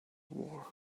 war